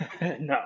No